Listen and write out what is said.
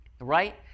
right